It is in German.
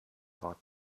war